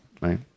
Right